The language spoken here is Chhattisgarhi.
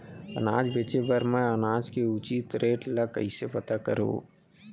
अनाज बेचे बर मैं अनाज के उचित रेट ल कइसे पता करो?